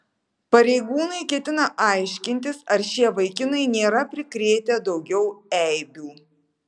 pareigūnai ketina aiškintis ar šie vaikinai nėra prikrėtę daugiau eibių